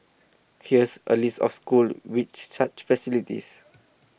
here's a list of schools with such facilities